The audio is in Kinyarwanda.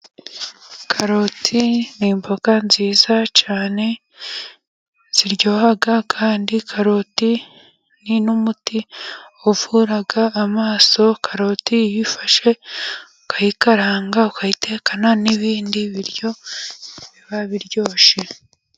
Karoti ni imboga nziza cyane ziryoha, kandi karoti ni n'umuti uvura amaso, karoti iyo uyifashe ukayikaranga, ukayitekana n'ibindi biryo biba biryoshye.